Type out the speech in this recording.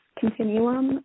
continuum